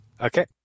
Okay